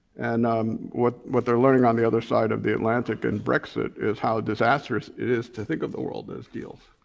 and um what what they're learning on the other side of the atlantic in and brexit is how disastrous it is to think of the world as deals.